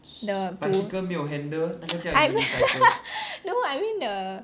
no I mean the to I mea~ I mean the